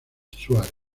suárez